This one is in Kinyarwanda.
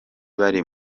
bari